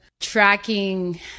tracking